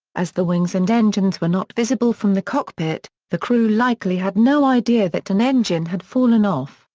as the wings and engines were not visible from the cockpit, the crew likely had no idea that an engine had fallen off,